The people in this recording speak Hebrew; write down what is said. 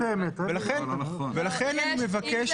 לכן אני מבקש